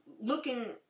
looking